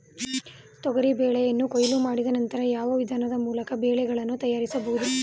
ತೊಗರಿ ಬೇಳೆಯನ್ನು ಕೊಯ್ಲು ಮಾಡಿದ ನಂತರ ಯಾವ ವಿಧಾನದ ಮೂಲಕ ಬೇಳೆಕಾಳು ತಯಾರಿಸಬಹುದು?